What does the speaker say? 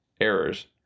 errors